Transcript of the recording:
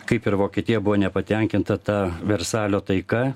kaip ir vokietija buvo nepatenkinta ta versalio taika